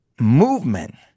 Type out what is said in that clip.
movement